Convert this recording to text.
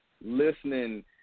listening